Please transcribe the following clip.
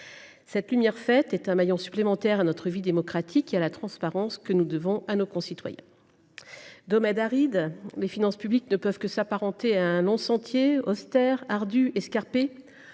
Cette lumière faite est un maillon supplémentaire sur notre vie démocratique et elle accroît la transparence que nous devons à nos concitoyens. Domaine aride, les finances publiques ne peuvent que s’apparenter à un long sentier, austère, ardu, escarpé.